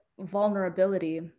vulnerability